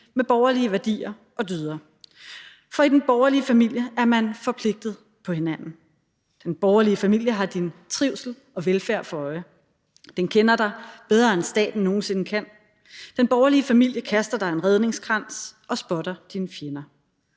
med borgerlige værdier og dyder, for i den borgerlige familie er man forpligtet på hinanden. Den borgerlige familie har din trivsel og velfærd for øje, den kender dig bedre, end staten nogen sinde vil kunne, og den borgerlige familie kaster dig en redningskrans og spotter dine fjender.